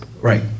right